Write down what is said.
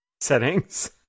settings